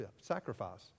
Sacrifice